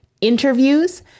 interviews